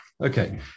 Okay